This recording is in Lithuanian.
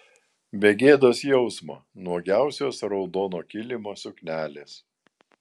be gėdos jausmo nuogiausios raudono kilimo suknelės